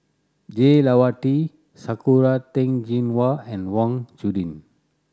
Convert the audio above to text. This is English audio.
Jah Lelawati Sakura Teng Ying Hua and Wang Chunde